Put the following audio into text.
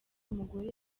umugore